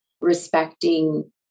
respecting